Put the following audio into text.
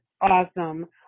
awesome